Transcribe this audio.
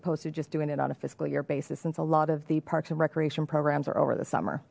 opposed to just doing it on a fiscal year basis since a lot of the parks and recreation programs are over the summer